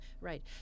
Right